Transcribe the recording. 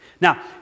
Now